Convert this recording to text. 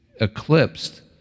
eclipsed